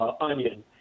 Onion